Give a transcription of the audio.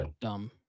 Dumb